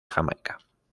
jamaica